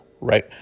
right